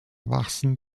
wachsen